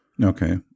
Okay